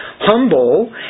Humble